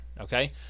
okay